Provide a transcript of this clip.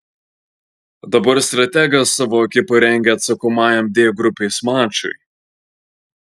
dabar strategas savo ekipą rengia atsakomajam d grupės mačui